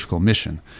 mission